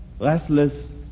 restless